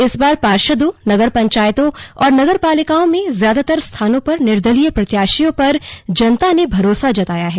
इस बार पार्षदों नगर पंचायतों और नगर पालिकाओं में ज्यादातर स्थानों पर निर्दलीय प्रत्याशियों पर जनता ने भरोसा जताया है